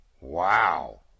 Wow